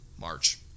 March